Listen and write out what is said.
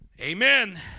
Amen